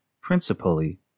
principally